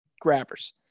grabbers